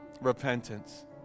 repentance